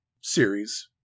series